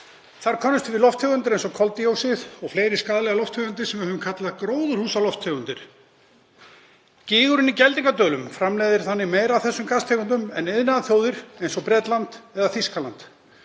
Þar könnumst við við lofttegundir eins og koldíoxíð og fleiri skaðlegar lofttegundir sem við höfum kallað gróðurhúsalofttegundir. Gígurinn í Geldingadölum framleiðir þannig meira af þessum gastegundum en iðnaðarþjóðir eins og Bretland eða Þýskaland.